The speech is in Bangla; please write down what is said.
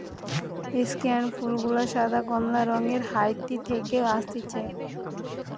স্কেয়ান ফুল গুলা সাদা, কমলা রঙের হাইতি থেকে অসতিছে